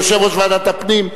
יושב-ראש ועדת הפנים.